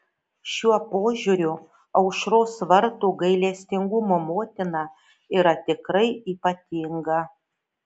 šiuo požiūriu aušros vartų gailestingumo motina yra tikrai ypatinga